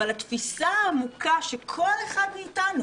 אבל התפיסה העמוקה שכל אחד מאתנו